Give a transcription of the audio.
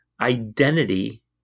identity